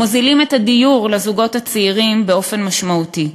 המוזילים את הדיור לזוגות הצעירים באופן משמעותי,